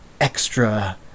extra